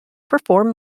perform